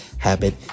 Habit